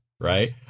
right